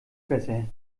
besser